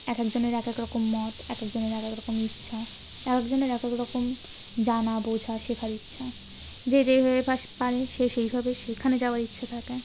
এক একজনের এক এক রকম মত এক একজনের এক এক রকম ইচ্ছা এক একজনের এক এক রকম জানা বোঝা শেখার ইচ্ছা যে যেইভাবে পারে সে সেইভাবে সেইখানে যাওয়ার ইচ্ছা থাকে